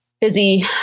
busy